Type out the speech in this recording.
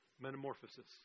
Metamorphosis